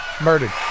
murdered